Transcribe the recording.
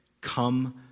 Come